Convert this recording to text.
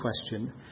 question